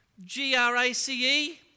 G-R-A-C-E